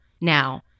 Now